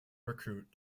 recruit